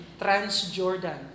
trans-Jordan